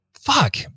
fuck